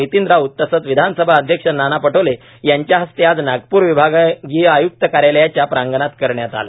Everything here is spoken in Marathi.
नितीन राऊत तसेच विधानसभा अध्यक्ष नाना पटोले यांच्या हस्ते आज नागप्र विभागीय आय़क्त कार्यालयाच्या प्रांगणात करण्यात आले